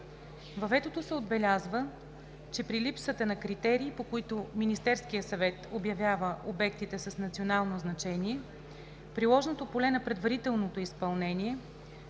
Във ветото се отбелязва, че при липсата на критерии, по които Министерският съвет обявява обектите с национално значение, приложното поле на предварителното изпълнение